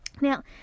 Now